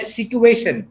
situation